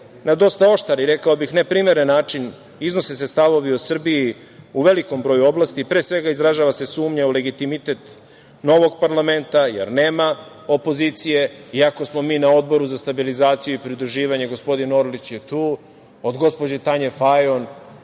na dosta oštar i reko bih neprimeren način iznose se stavovi o Srbiji u velikom broju oblasti, pre svega izražava se sumnja u legitimitet novog parlamenta, jer nema opozicije iako smo mi na Odboru za stabilizaciju i pridruživanje, gospodin Orlić je tu, od gospođe Tanje Fajon